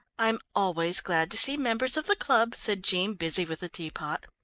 i'm always glad to see members of the club, said jean busy with the teapot,